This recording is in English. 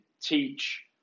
teach